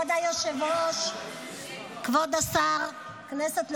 כבוד היושב-ראש, כבוד השר, כנסת נכבדה,